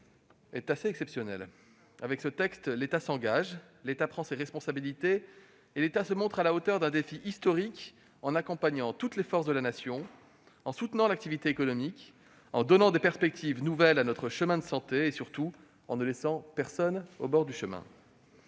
est exceptionnel. Avec ce texte, l'État s'engage, l'État prend ses responsabilités et l'État se montre à la hauteur d'un défi historique, en accompagnant toutes les forces de la Nation, en soutenant l'activité économique, en donnant des perspectives nouvelles à notre système de santé et, surtout, en ne laissant personne au bord du chemin.